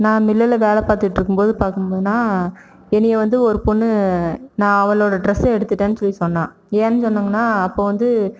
நான் மில்லில் வேலை பார்த்துட்டு இருக்கும்போது பார்க்கும் போது பார்க்க போனால் என்னை வந்து ஒரு பொண்ணு நான் அவளோடய ட்ரெஸ்ஸை எடுத்துகிட்டேன்னு சொல்லி சொன்னாள் ஏன்னென்னு சொன்னீங்கன்னால் அப்போ வந்து